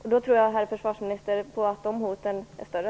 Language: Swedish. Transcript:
Jag tror, herr försvarsminister, att de hoten är större.